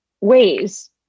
ways